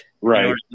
right